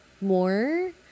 more